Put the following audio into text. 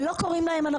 בידכם לתקן.